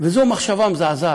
זו מחשבה מזעזעת.